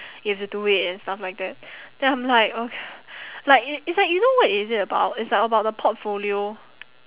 you have to do it and stuff like that then I'm like o~ like it's like you know what is it about it's like about the portfolio